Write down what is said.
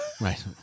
Right